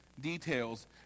details